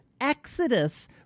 exodus